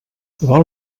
val